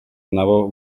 nabo